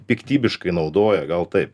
piktybiškai naudoja gal taip